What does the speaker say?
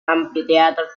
amphitheater